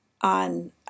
on